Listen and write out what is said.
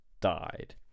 died